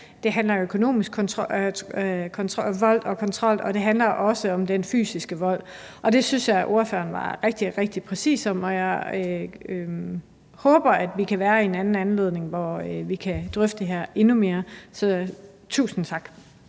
Det handler om økonomisk vold og kontrol, og det handler også om den fysiske vold, og det synes jeg ordføreren var rigtig præcis om. Jeg håber, at vi i anden anledning kan drøfte det her endnu mere. Så tusind tak.